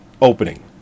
opening